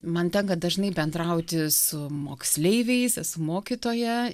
man tenka dažnai bendrauti su moksleiviais esu mokytoja